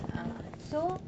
ah so